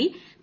D P